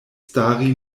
stari